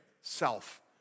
self